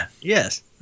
Yes